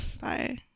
Bye